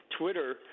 Twitter